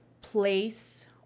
place